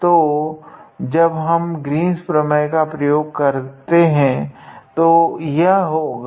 तो तो जब हम ग्रीन्स प्रमेय का प्रयोग करते है तब यह होगा